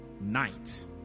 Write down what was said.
Night